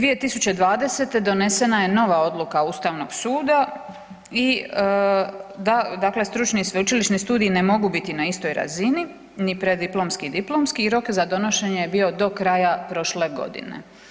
2020. donesena je nova odluka Ustavnog suda i dakle stručni i sveučilišni studiji ne mogu biti na istoj razini ni preddiplomski i diplomski i rok za donošenje je bio do kraja prošle godine.